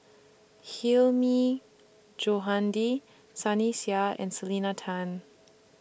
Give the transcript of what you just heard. Hilmi Johandi Sunny Sia and Selena Tan